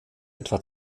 etwa